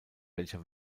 welcher